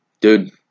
Dude